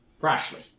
rashly